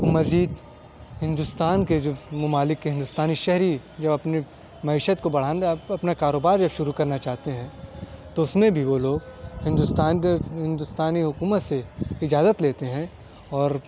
مزید ہندوستان کے جو ممالک ہیں ہندوستانی شہری جو اپنی معیشت کو بڑھانے اپنا کاروبار جب شروع کرنا چاہتے ہیں تو اس میں بھی وہ لوگ ہندوستان ہندوستانی حکومت سے اجازت لیتے ہیں اور